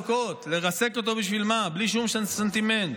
תסבירו לציבור עוד שלוש שנים,